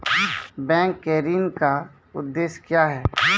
Bank के ऋण का उद्देश्य क्या हैं?